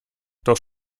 doch